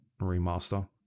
remaster